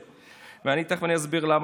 להם?